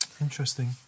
Interesting